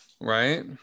right